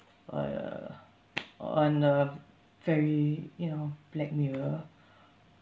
uh on a very you know black mirror